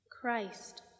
Christ